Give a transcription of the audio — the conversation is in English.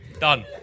done